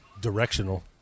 directional